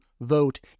vote